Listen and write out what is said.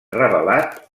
revelat